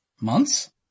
Months